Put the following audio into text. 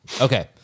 Okay